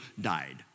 died